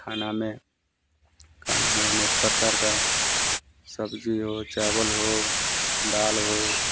खाने में खाना में अनेक प्रकार की सब्ज़ी हो चावल हो दाल हो